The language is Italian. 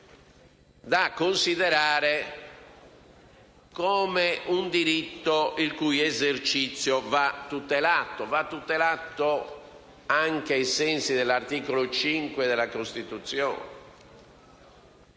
assolutamente come un diritto il cui esercizio va tutelato, anche ai sensi dell'articolo 5 della Costituzione.